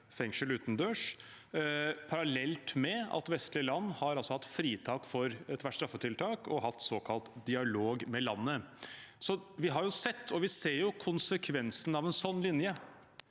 fengsel – parallelt med at vestlige land altså har hatt fritak for ethvert straffetiltak og hatt såkalt dialog med landet. Vi har jo sett og ser konsekvensen av en sånn linje.